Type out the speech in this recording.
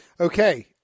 Okay